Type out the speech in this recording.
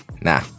Nah